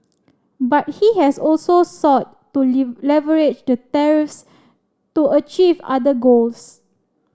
but he has also sought to leverage the tariffs to achieve other goals